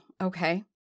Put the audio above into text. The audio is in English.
okay